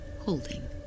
holding